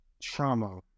trauma